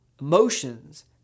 emotions